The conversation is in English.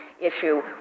issue